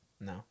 No